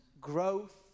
growth